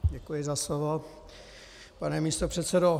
Děkuji za slovo, pane místopředsedo.